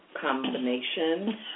combination